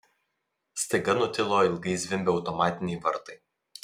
staiga nutilo ilgai zvimbę automatiniai vartai